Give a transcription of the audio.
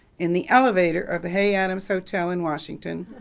in the elevator of hay-adams hotel in washington,